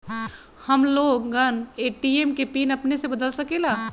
हम लोगन ए.टी.एम के पिन अपने से बदल सकेला?